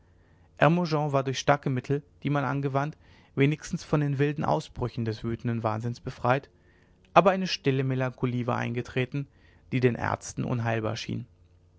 war durch starke mittel die man angewandt wenigstens von den wilden ausbrüchen des wütenden wahnsinns befreit aber eine stille melancholie war eingetreten die den ärzten unheilbar schien